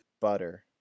butter